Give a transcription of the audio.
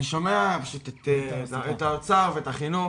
אני שומע את האוצר ואת החינוך